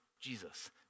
Jesus